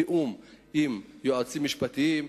בתיאום עם יועצים משפטיים,